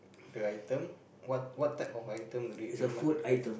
the item what what type of item will it RedMart red